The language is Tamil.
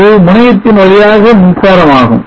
இது முனையத்தில் வழியான மின்சாரம் ஆகும்